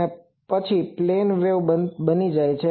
અને તે પછી પ્લેન વેવ બની જાય છે